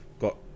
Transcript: got